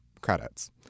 credits